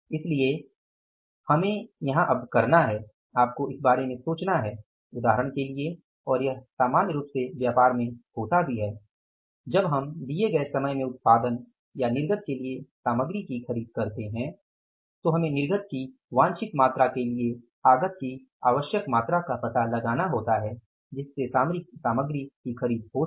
इसलिए यहां हमें यह करना है कि आपको इस बारे में सोचना है उदाहरण के लिए और यह सामान्य रूप से व्यापार में होता भी है जब हम दिए गए समय में उत्पादन या निर्गत के लिए सामग्री की खरीद करते हैं तो हमे निर्गत की वांछित मात्रा के लिए आगत की आवश्यक मात्रा का पता लगाना होता है जिससे सामग्री की खरीद हो सके